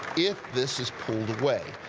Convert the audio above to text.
if this is pulled away.